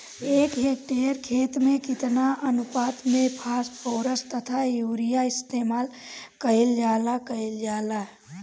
एक हेक्टयर खेत में केतना अनुपात में फासफोरस तथा यूरीया इस्तेमाल कईल जाला कईल जाला?